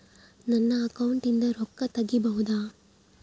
ನನ್ನ ಅಕೌಂಟಿಂದ ರೊಕ್ಕ ತಗಿಬಹುದಾ?